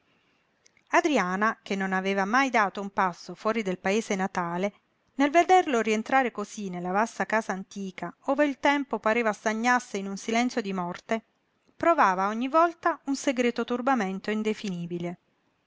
adriana che non aveva mai dato un passo fuori del paese natale nel vederlo rientrare cosí nella vasta casa antica ove il tempo pareva stagnasse in un silenzio di morte provava ogni volta un segreto turbamento indefinibile